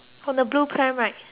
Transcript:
right